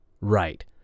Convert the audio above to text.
Right